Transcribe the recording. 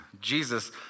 Jesus